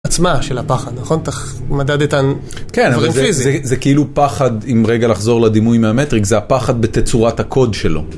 עצמה של הפחד, נכון? אתה מדד איתן דברים פיזיים. כן, אבל זה כאילו פחד, עם רגע לחזור לדימוי מהמטריקס, זה הפחד בתצורת הקוד שלו.